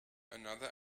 another